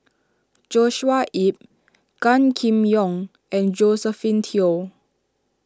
Joshua Ip Gan Kim Yong and Josephine Teo